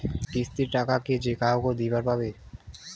কিস্তির টাকা কি যেকাহো দিবার পাবে?